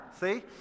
see